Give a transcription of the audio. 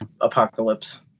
apocalypse